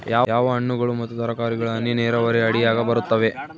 ಯಾವ ಹಣ್ಣುಗಳು ಮತ್ತು ತರಕಾರಿಗಳು ಹನಿ ನೇರಾವರಿ ಅಡಿಯಾಗ ಬರುತ್ತವೆ?